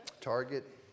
Target